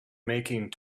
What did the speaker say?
making